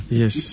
yes